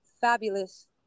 fabulous